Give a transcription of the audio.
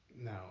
No